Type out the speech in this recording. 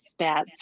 stats